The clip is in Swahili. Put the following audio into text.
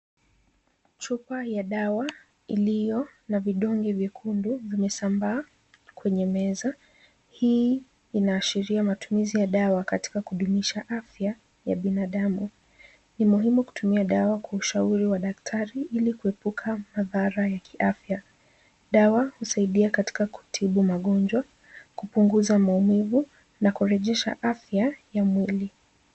Chupa ya dawa iliyo na vidonge vyekundu vimesambaa kwenye meza, hii inaashiria matumizi ya dawa katika kudumisha afya ya binadamu. Ni muhimu kutumia dawa kwa ushauri wa daktari ili kuepuka madhara ya kiafya. Dawa husaidia katika kutibu magonjwa, kupunguza maumivu na kurejesha afya ya mwili.